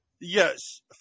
yes